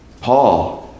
Paul